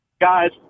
Guys